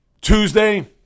Tuesday